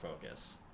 focus